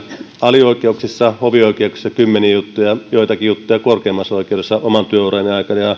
alioikeuksissa hovioikeuksissa kymmeniä juttuja joitakin juttuja korkeimmassa oikeudessa oman työurani aikana